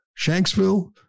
Shanksville